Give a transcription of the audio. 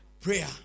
prayer